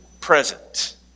present